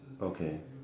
okay